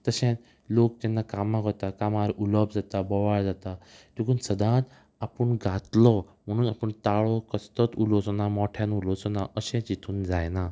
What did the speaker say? तशें लोक जेन्ना कामां करता कामार उलोप जाता बोवाळ जाता देखून सदांच आपूण गातलो म्हणून आपूण ताळो कसलोच उलोवचो ना मोठ्यान उलोवचो ना अशें चिंतून जायना